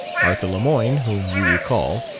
arthur lemoyne, whom you recall,